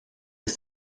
les